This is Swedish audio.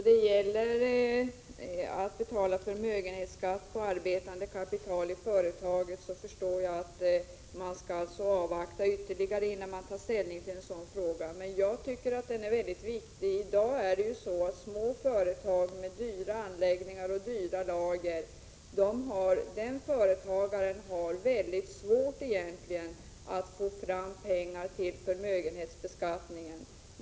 Herr talman! Jag förstår att man avvaktar ytterligare innan man tar ställning till en sådan fråga som förmögenhetsskatt på arbetande kapital i företagen. Jag tycker att denna fråga är mycket viktig. I dagens läge har en småföretagare, med dyra anläggningar och dyra lager, egentligen mycket svårt att få fram pengar till förmögenhetsbeskattningen.